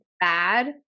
bad